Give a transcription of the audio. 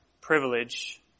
privilege